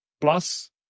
Plus